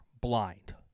blind